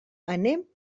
anem